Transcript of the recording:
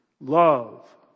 love